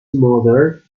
mother